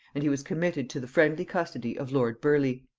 and he was committed to the friendly custody of lord burleigh.